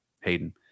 Hayden